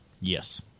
Yes